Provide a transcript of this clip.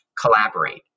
collaborate